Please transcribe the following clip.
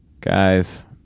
guys